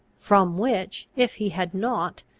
from which, if he had not,